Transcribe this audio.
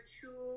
two